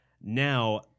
now